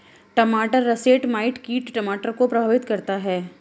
टमाटर russet mite कीट टमाटर को प्रभावित करता है